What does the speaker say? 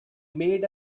made